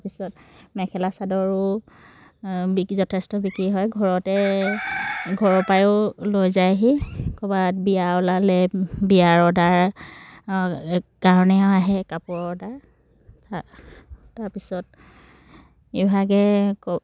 তাৰপিছত মেখেলা চাদৰো যথেষ্ট বিক্ৰী হয় ঘৰতে ঘৰৰ পৰাও লৈ যায়হি ক'ৰবাত বিয়া ওলালে বিয়াৰ অৰ্ডাৰ কাৰণেও আহে কাপোৰৰ অৰ্ডাৰ তাৰপিছত ইভাগে